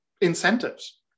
incentives